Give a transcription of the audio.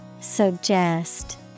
Suggest